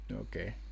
okay